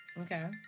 Okay